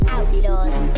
Outlaws